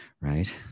right